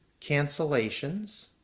cancellations